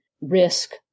risk